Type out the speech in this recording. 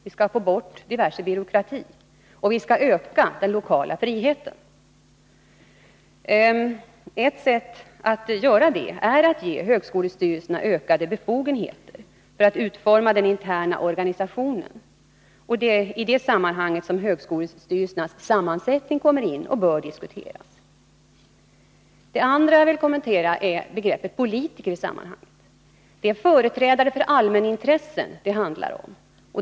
Vi skall få bort diverse byråkrati, och vi skall öka den lokala friheten. Ett sätt att göra det är att ge högskolestyrelserna ökade befogenheter att utforma den interna organisationen. I det sammanhanget kommer högskolestyrelsernas sammansättning in och bör diskuteras. Det andra som jag vill kommentera är begreppet ”politiker” i detta sammanhang. Det handlar om företrädare för allmänintresset.